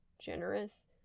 generous